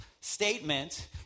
statement